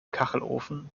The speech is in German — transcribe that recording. kachelofen